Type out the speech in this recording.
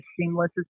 seamless